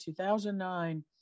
2009